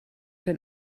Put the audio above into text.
den